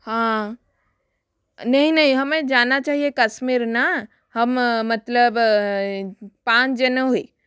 हाँ नहीं नहीं हमें जाना चाहिए कश्मीर ना हम मतलब पाँच जने हुई